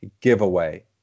giveaway